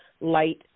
light